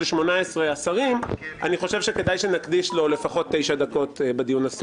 18 שרים נקדיש לו לפחות 9 דקות בדיון הסיעתי.